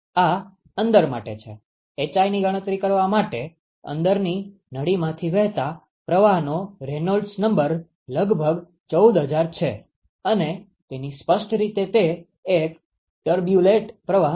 hi ની ગણતરી કરવા માટે અંદરની નળીમાંથી વહેતા પ્રવાહનો રેનોલ્ડ્સ નંબર લગભગ 14000 છે અને તેથી સ્પષ્ટ રીતે તે એક ટર્બ્યુલેન્ટ પ્રવાહ છે